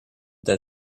that